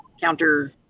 counter